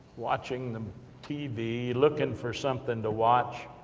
watching the tv, looking for something to watch,